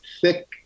thick